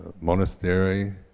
monastery